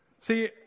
See